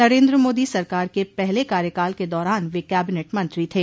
नरेन्द्र मोदी सरकार के पहले कार्यकाल के दौरान वे कैबिनेट मंत्री थे